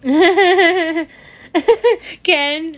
can